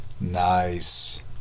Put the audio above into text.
Nice